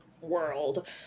world